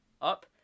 up